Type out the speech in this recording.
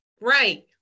right